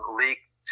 leaked